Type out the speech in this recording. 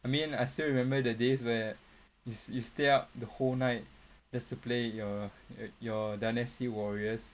I mean I still remember the days where you you stay up the whole night just to play your your Dynasty Warriors